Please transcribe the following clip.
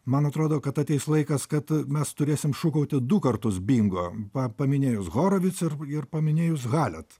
man atrodo kad ateis laikas kad mes turėsim šūkauti du kartus bingo pa paminėjus horovitsą ir ir paminėjus halet